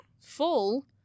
full